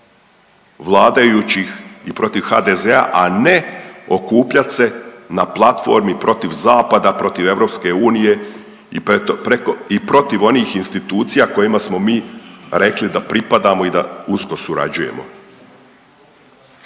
protiv vladajućih i protiv HDZ-a, a ne okupljat se na platformi protiv zapada, protiv Europske unije i protiv onih institucija kojima smo mi rekli da pripadamo i da usko surađujemo.